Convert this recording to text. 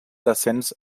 descens